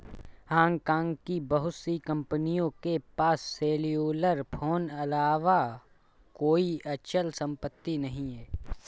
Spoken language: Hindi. हांगकांग की बहुत सी कंपनियों के पास सेल्युलर फोन अलावा कोई अचल संपत्ति नहीं है